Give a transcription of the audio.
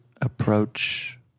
approach